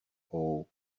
all